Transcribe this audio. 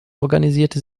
organisierte